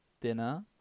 dinner